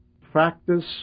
practice